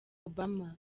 obama